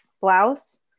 blouse